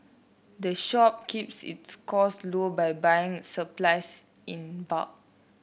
the shop keeps its costs low by buying supplies in bulk